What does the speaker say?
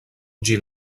ĝin